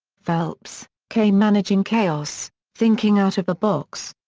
phelps, k. managing chaos thinking out of the box.